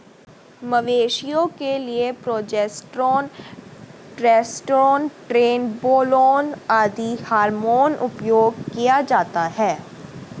मवेशियों के लिए प्रोजेस्टेरोन, टेस्टोस्टेरोन, ट्रेनबोलोन आदि हार्मोन उपयोग किया जाता है